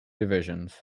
divisions